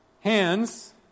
Hands